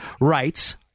rights